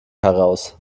heraus